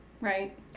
right